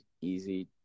easy